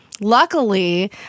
Luckily